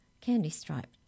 candy-striped